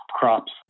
crops